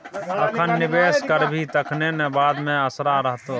अखन निवेश करभी तखने न बाद मे असरा रहतौ